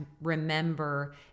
remember